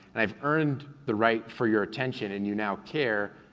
and i've earned the right for your attention, and you now care,